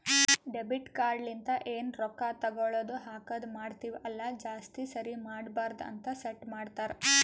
debit card ಲಿಂತ ಎನ್ ರೊಕ್ಕಾ ತಗೊಳದು ಹಾಕದ್ ಮಾಡ್ತಿವಿ ಅಲ್ಲ ಜಾಸ್ತಿ ಸರಿ ಮಾಡಬಾರದ ಅಂತ್ ಸೆಟ್ ಮಾಡ್ತಾರಾ